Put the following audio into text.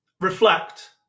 reflect